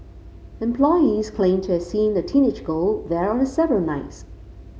employees claimed to have seen a teenage girl there on several nights